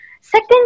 Second